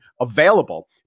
available